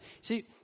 See